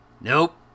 Nope